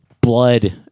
blood